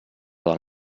del